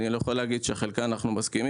אני יכול להגיד שלחלקן אנחנו מסכימים